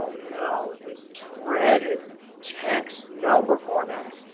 oh, no, the dreaded text number formatting.